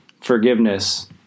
forgiveness